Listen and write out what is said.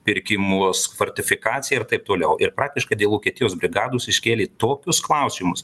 pirkimus fortifikaciją ir taip toliau ir praktiškai dėl vokietijos brigados iškėlė tokius klausimus